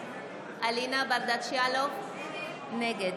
נגד